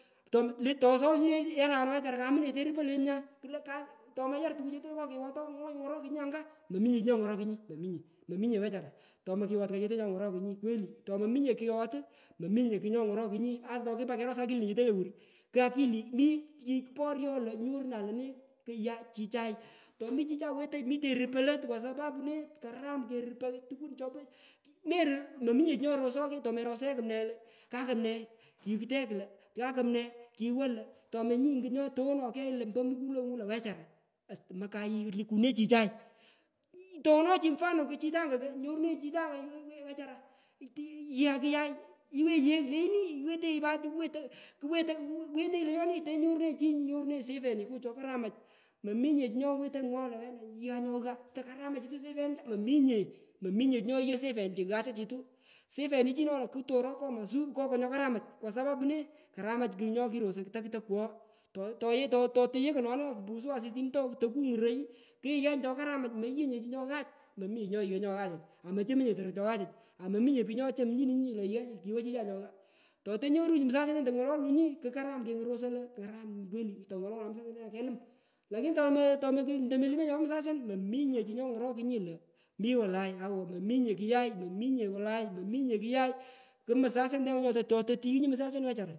Tom tomsowanyi ye chi kena klo kamune terupo lenyu nya klo kam tomaraynye tukuchete ngo kighot ooh ngonyu ngoro kunyi anka mominye chi nyongorokunyi mominye mominye wechara tomokighot chete chongorokunji kweli tomomonye kighot uu mominye chii nyongoro kunyi ata takupa keros ata tokipa keros akilinechete lowur ka akili mi chii kuporyo lo nyoruna lone kuyai chichai tomi chichai wetoi lo mitenyi rupoi lot kusapapu nee karam kerupoi takun chopo ngerio mominye chii nyoroso kugh tomerosenyinye lo kakumne kikutech kulo kakumne kiwo lo tomonyi ngut nyoto ngono key lo ompo mukulowungu lo wechara och omokan lukune chachai toghone chi mfano ko chitanga nyorunenyi chitanga wechara ongan kuyai iwenyi yigh lenyini iwetenyi pat wetoi wetoi iwetenyi lenyoni tonyorunenyi chi nyorunenyi sifeniku chokaramach mominye chii nyowetoi kumwoghoi lo wena ighan nyonga tarakama chitu sifenichai mominye chi nyoghingoi sifencichi ghachachitu sifenichi nona kutoroi komosu ngo chokoramach kwa sapapu ne karamach kugh nyokirosoi tokutokwogho toe to toyekuno kupusu asis tokunguroi kiyinganyi chokaramach moyingoi nye chi choghach mominye chi nyeyighoi choghachach amochomoi nye torot chong achach amominye pich nyochomchininyi lo igha kiwo chichai nyogha totenyorunyi msasian nyontoi ngorokunyi kuram kerosai lo karam kweli lo tongorokanu msasian kelumi lakini tomo itolo tomelumenyi eyopo kuyai momi wolai mominye kuyai ku musasiantengu tototighinyi msaniah ooh wechara.